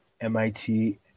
MIT